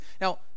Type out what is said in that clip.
Now